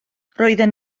roedden